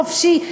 חופשי: